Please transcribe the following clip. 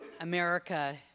America